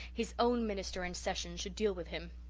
his own minister and session should deal with him.